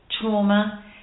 trauma